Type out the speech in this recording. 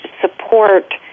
support